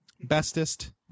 Bestest